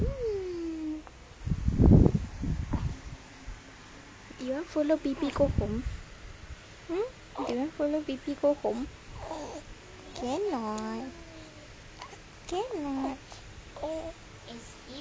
you want follow baby go home you want follow baby go home cannot